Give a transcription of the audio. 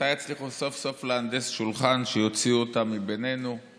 מתי יצליחו סוף-סוף להנדס שולחן שיוציאו אותם מבינינו והם